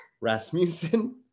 Rasmussen